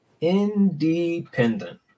Independent